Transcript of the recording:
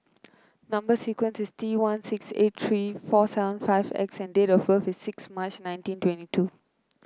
number sequence is T one six eight three four seven five X and date of birth is six March nineteen twenty two